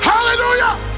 Hallelujah